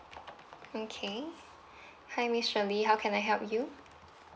okay hi miss shirley how can I help you